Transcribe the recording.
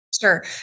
Sure